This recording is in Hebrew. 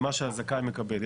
זה מה שהזכאי מקבל,